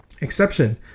Exception